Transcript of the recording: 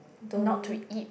don't